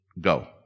go